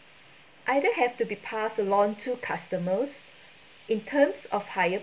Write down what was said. either have to be passed along to customers in terms of higher